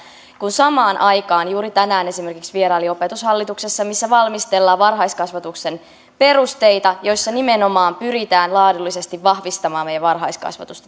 kun samaan aikaan juuri tänään esimerkiksi vierailin opetushallituksessa valmistellaan varhaiskasvatuksen perusteita joissa nimenomaan pyritään laadullisesti vahvistamaan meidän varhaiskasvatustamme